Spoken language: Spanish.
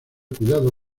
cuidado